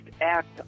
act